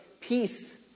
peace